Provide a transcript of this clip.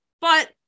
But-